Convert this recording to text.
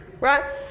right